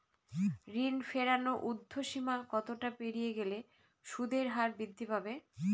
ঋণ ফেরানোর উর্ধ্বসীমা কতটা পেরিয়ে গেলে সুদের হার বৃদ্ধি পাবে?